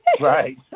Right